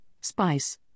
spice